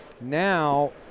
Now